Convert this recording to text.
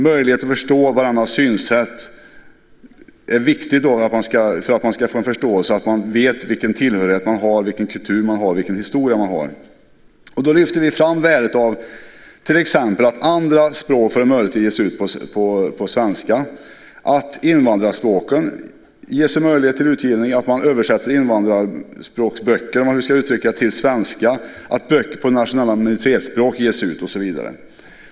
Möjligheten att förstå varandras synsätt är viktig. Det är viktigt att man vet vilken tillhörighet, kultur och historia man har. Därför lyfter vi fram värdet av att andra språk än engelska ges ut på svenska, att invandrarspråken får möjlighet till utgivning, att man översätter "invandrarspråksböcker" till svenska, att böcker på nationella minoritetsspråk ges ut och så vidare.